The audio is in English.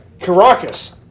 Caracas